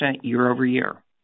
year-over-year